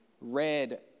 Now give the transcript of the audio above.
Red